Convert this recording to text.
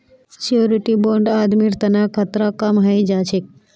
surety bond आदमीर तना खतरा कम हई जा छेक